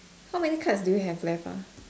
how many cards do you have left ah